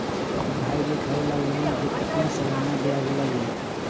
पढाई लिखाई ला लोन के कितना सालाना ब्याज लगी?